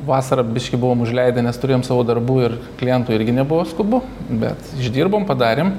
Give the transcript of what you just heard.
vasarą biškį buvom užleidę nes turėjom savo darbų ir klientui irgi nebuvo skubu bet išdirbom padarėm